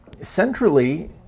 Centrally